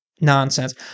nonsense